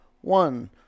One